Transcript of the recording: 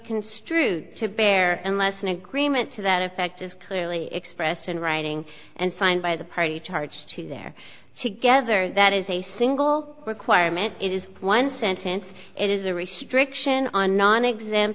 construed to bear unless an agreement to that effect is clearly expressed in writing and signed by the party charge to their together that is a single requirement it is one sentence it is a restriction on nonex